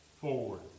forward